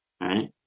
right